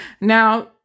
Now